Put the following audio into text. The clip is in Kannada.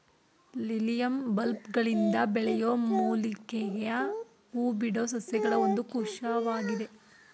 ಲಿಲಿಯಮ್ ಬಲ್ಬ್ಗಳಿಂದ ಬೆಳೆಯೋ ಮೂಲಿಕೆಯ ಹೂಬಿಡೋ ಸಸ್ಯಗಳ ಒಂದು ಕುಲವಾಗಿದೆ